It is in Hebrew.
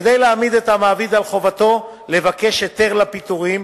כדי להעמיד את המעביד על חובתו לבקש היתר לפיטורים,